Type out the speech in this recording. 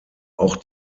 auch